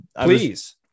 Please